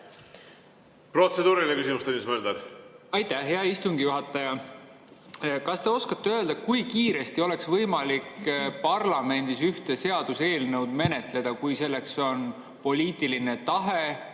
Protseduuriline küsimus, Tõnis Mölder. Aitäh, hea istungi juhataja! Kas te oskate öelda, kui kiiresti oleks võimalik parlamendis ühte seaduseelnõu menetleda, kui selleks on poliitiline tahe